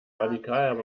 radikal